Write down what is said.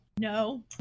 No